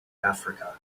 africa